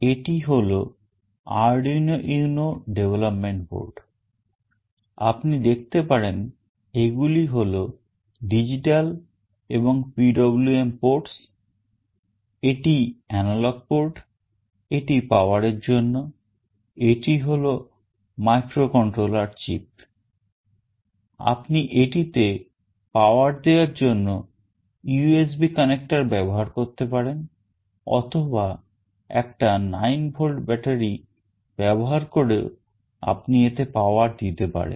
এটি হলো Arduino UNO development board আপনি দেখতে পারেন এগুলি হল digital এবং PWM ports এটি analog port এটি power এর জন্য এটি হল microcontroller chip আপনি এটিতে power দেওয়ার জন্য USB connector ব্যবহার করতে পারেন অথবা একটা 9 volt ব্যাটারি ব্যবহার করেও আপনি এতে power দিতে পারেন